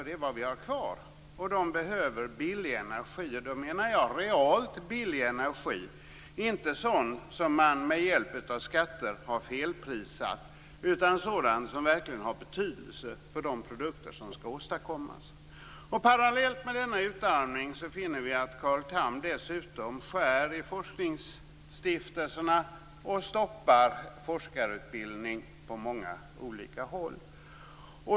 De är vad vi har kvar. De behöver billig energi. Då menar jag realt billig energi, inte sådan som man med hjälp av skatter har felprisat, utan sådan som verkligen har betydelse för de produkter som skall åstadkommas. Parallellt med denna utarmning finner vi att Carl Tham skär i forskningsstiftelserna och stoppar forskarutbildning på många håll.